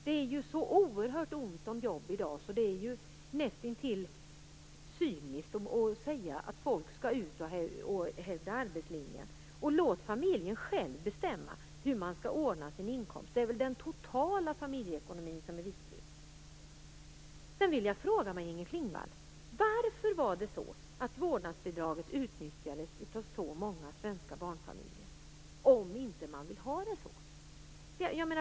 Det är ju så oerhört ont om jobb i dag att det är nästintill cyniskt att säga att folk skall ut i arbete, dvs. att hävda arbetslinjen. Låt familjen själv bestämma hur den skall ordna sin inkomst! Det är väl den totala familjeekonomin som är viktig. Sedan vill jag fråga Maj-Inger Klingvall: Varför utnyttjades vårdnadsbidraget av så många svenska barnfamiljer om man nu inte ville ha det så?